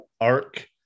arc